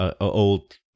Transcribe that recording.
old